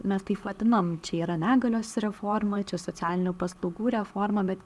mes taip vadinam čia yra negalios reforma čia socialinių paslaugų reforma bet